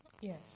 Yes